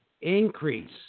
increase